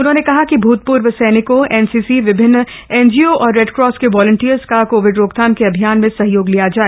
उन्होंने कहा कि भूतपूर्व सैनिकों एनसीसी विभिन्न एनजीओ और रेडक्रास के वॉलन्टियर्स का कोविड रोकथाम के अभियान में सहयोग लिया जाय